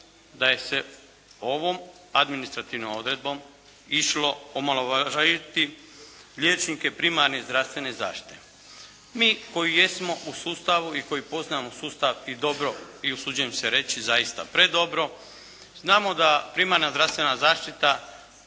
da je se ovom administrativnom odredbom išlo omalovažiti liječnike primarne zdravstvene zaštite. Mi koji jesmo u sustavu i koji poznamo sustav i dobro, i usuđujem se reći zaista predobro, znamo da primarna zdravstvena zaštita,